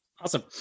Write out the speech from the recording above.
awesome